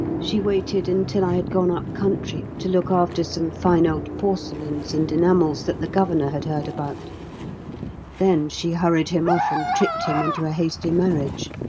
she waited until i had gone up-country to look after some fine old porcelains and enamels that the governor had heard about then she hurried him off and tricked him into a hasty marriage.